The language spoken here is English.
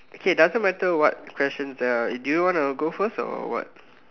okay doesn't matter what questions they are do you want go first or what